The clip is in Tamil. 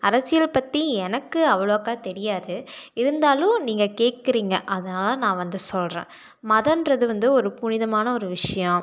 அரசியல் பற்றி எனக்கு அவ்வளோக்கா தெரியாது இருந்தாலும் நீங்கள் கேட்குறீங்க அதனால் நான் வந்து சொல்கிறேன் மதம்கிறது வந்து ஒரு புனிதமான ஒரு விஷயம்